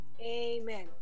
amen